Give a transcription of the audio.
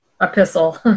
epistle